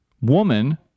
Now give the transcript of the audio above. woman